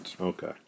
Okay